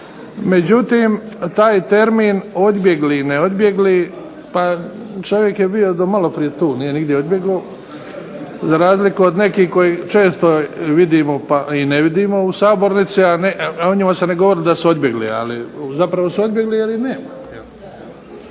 Međutim, taj termin odbjegli, neodbjegli pa čovjek je bio do malo prije tu. Nije nigdje odbjego za razliku od nekih koji često vidimo, pa ne vidimo u sabornici, a o njima se ne govori da su odbjegli. Ali zapravo su odbjegli jer ih nema.